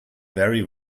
very